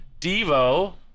Devo